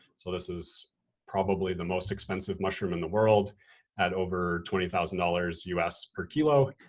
so this is probably the most expensive mushroom in the world at over twenty thousand dollars us per kilo.